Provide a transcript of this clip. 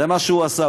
זה מה שהוא עשה,